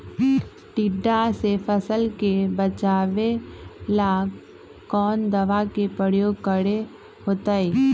टिड्डा से फसल के बचावेला कौन दावा के प्रयोग करके होतै?